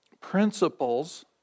principles